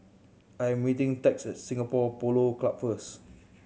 I am meeting Tex at Singapore Polo Club first